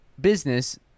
business